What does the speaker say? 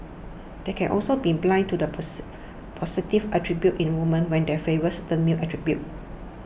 they can also be blind to the positive attributes in women when they favour certain male attributes